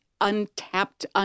untapped